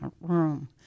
room